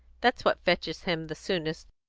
that's what fetches him the soonest.